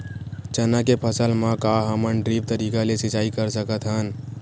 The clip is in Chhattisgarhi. चना के फसल म का हमन ड्रिप तरीका ले सिचाई कर सकत हन?